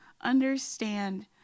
understand